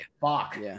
Fuck